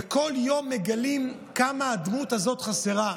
וכל יום מגלים כמה הדמות הזאת חסרה,